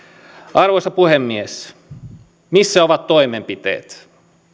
arvoisa puhemies missä ovat toimenpiteet